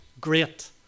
great